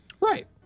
Right